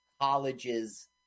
Colleges